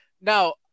Now